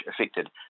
affected